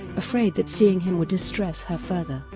afraid that seeing him would distress her further.